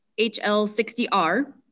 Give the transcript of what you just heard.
HL60R